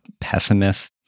pessimist